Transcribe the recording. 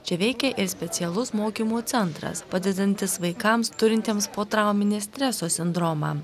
čia veikia ir specialus mokymo centras padedantis vaikams turintiems potrauminio streso sindromą